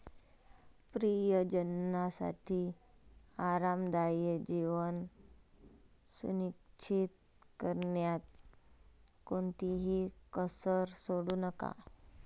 प्रियजनांसाठी आरामदायी जीवन सुनिश्चित करण्यात कोणतीही कसर सोडू नका